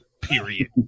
period